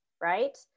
right